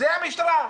זו המשטרה בכלל.